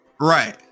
Right